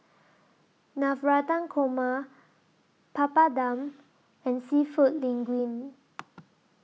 Navratan Korma Papadum and Seafood Linguine